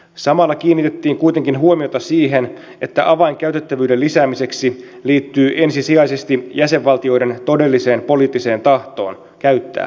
samalla kiinnitettiin kuitenkin huomiota siihen että avain käytettävyyden lisäämiseksi liittyy ensisijaisesti jäsenvaltioiden todelliseen poliittiseen tahtoon käyttää taisteluosastoja